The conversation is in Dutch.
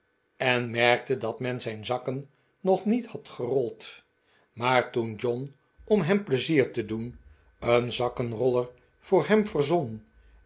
en merkte dat men zijn zakken nog niet had gerold maar toen john om hem pleizier te doen een zakkenroller voor hem verzon